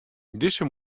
dizze